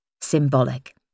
Symbolic